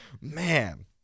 Man